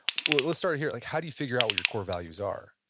let's start here, like how do you figure out what your core values are?